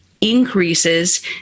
increases